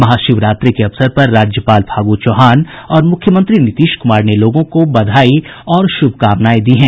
महाशिवरात्रि के अवसर पर राज्यपाल फागू चौहान और मुख्यमंत्री नीतीश कुमार ने लोगों को बधाई और शुभकामनाएं दी हैं